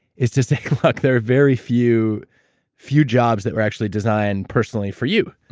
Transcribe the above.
is to say, look, there are very few few jobs that were actually designed personally for you.